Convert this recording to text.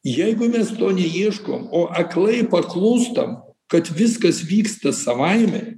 jeigu mes to neieškom o aklai paklūstam kad viskas vyksta savaime